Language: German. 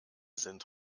sind